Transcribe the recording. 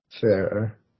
Fair